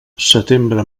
setembre